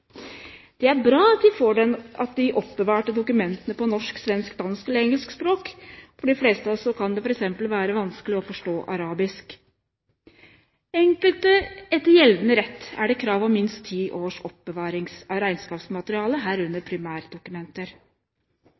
Det er bra at de oppbevarte dokumentene er på norsk, svensk, dansk eller engelsk språk. For de fleste av oss kan det f.eks. være vanskelig å forstå arabisk. Etter gjeldende rett er det krav om minst ti års oppbevaring av regnskapsmateriale, herunder primærdokumenter.